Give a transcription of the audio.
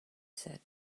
said